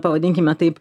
pavadinkime taip